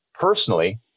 personally